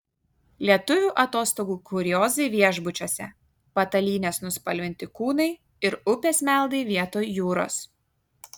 lietuvių atostogų kuriozai viešbučiuose patalynės nuspalvinti kūnai ir upės meldai vietoj jūros